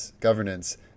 governance